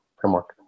framework